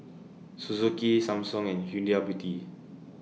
Suzuki Samsung and Huda Beauty